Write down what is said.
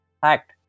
fact